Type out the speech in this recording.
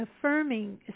affirming